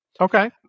Okay